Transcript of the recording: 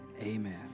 Amen